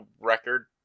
record